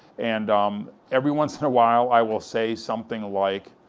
and um every once in awhile, i will say something like,